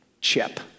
chip